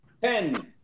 Ten